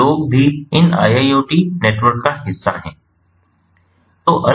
तो लोग भी इन IIoT नेटवर्क का हिस्सा हैं